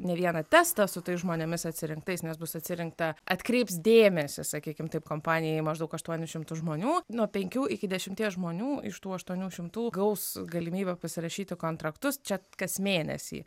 ne vieną testą su tais žmonėmis atsirinktais nes bus atsirinkta atkreips dėmesį sakykim taip kompanija į maždaug aštuonis šimtus žmonių nuo penkių iki dešimties žmonių iš tų aštuonių šimtų gaus galimybę pasirašyti kontraktus čia kas mėnesį